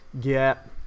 get